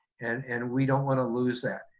and and we don't wanna lose that.